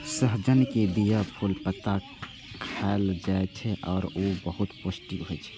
सहजन के बीया, फूल, पत्ता खाएल जाइ छै आ ऊ बहुत पौष्टिक होइ छै